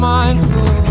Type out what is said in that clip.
mindful